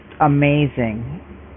amazing